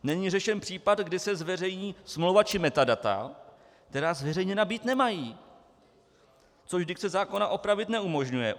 Není řešen případ, kdy se zveřejní smlouva či metadata, která zveřejněna být nemají, což dikce zákona opravit neumožňuje.